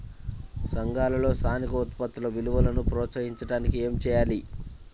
సంఘాలలో స్థానిక ఉత్పత్తుల విలువను ప్రోత్సహించడానికి ఏమి చేయాలి?